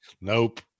Nope